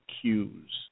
cues